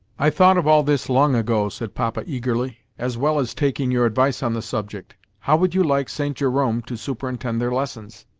i thought of all this long ago, said papa eagerly, as well as taking your advice on the subject. how would you like st. jerome to superintend their lessons?